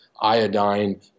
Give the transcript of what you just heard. iodine